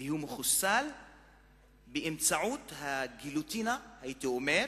כי הוא מחוסל באמצעות הגיליוטינה, הייתי אומר,